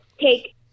take